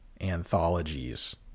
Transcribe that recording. anthologies